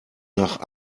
nach